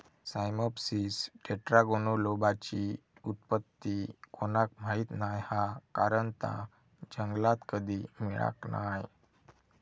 Cyamopsis टेट्रागोनोलोबाची उत्पत्ती कोणाक माहीत नाय हा कारण ता जंगलात कधी मिळाक नाय